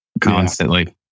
constantly